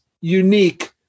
unique